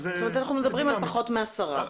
אם כן, אנחנו מדברים על פחות מעשרה.